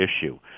issue